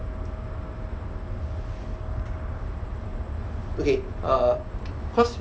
okay uh cause